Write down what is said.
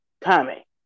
Tommy